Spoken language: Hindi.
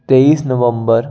तेईस नवंबर